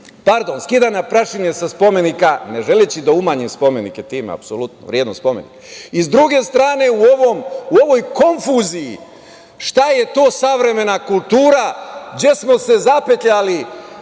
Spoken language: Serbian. između skidanja prašine sa spomenika, ne želeći da umanjim spomenike time, apsolutno, vrednost spomenika, i s druge strane, u ovoj konfuziji šta je to savremena kultura, gde smo se zapetljali